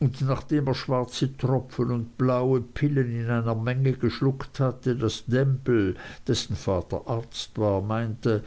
und nachdem er schwarze tropfen und blaue pillen in einer menge geschluckt hatte daß demple dessen vater arzt war meinte